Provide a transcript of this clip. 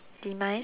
demise